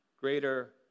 greater